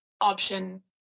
option